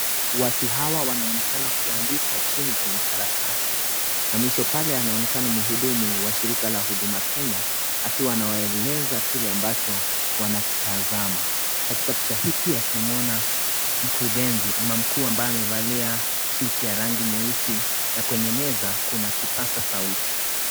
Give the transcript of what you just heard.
Watu hawa wanaonekana kuandika chini kwenye karatasi, na mwisho pale anaonekana mhudumu wa shirika la huduma kenya, akiwanaoeleza kile ambacho wanakitazama. Katika picha hii pia tunamwona mkurugenzi, ama mkuu ambaye amevalia suti ya rangi nyeusi na kwenye meza kuna kipaza sauti.